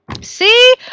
See